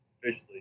officially